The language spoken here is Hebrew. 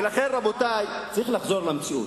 ולכן, רבותי, צריך לחזור למציאות.